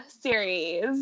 series